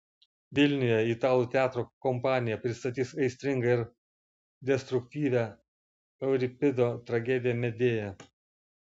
vilniuje italų teatro kompanija pristatys aistringą ir destruktyvią euripido tragediją medėja